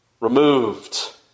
removed